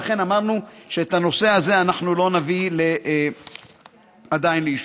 אמרנו שאת הנושא הזה אנחנו לא נביא עדיין לאישור.